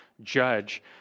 judge